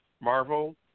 Marvel